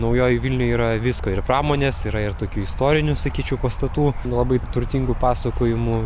naujojoj vilnioj yra visko ir pramonės yra ir tokių istorinių sakyčiau pastatų labai turtingų pasakojimų